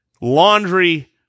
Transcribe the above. laundry